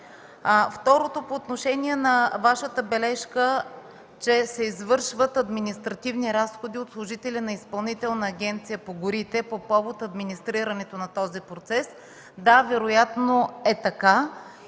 Второто по отношение на Вашата бележка – че се извършват административни разходи от служители на Изпълнителна агенция по горите по повод администрирането на този процес. Да, вероятно е така